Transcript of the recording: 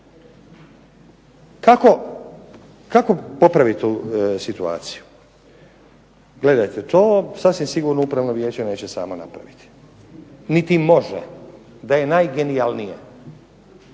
Kako popraviti tu situaciju? Gledajte, to sasvim sigurno upravo vijeće neće samo napraviti, niti može da je najgenijalnije.